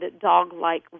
dog-like